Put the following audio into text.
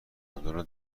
عبدالله